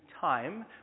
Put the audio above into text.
time